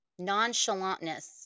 nonchalantness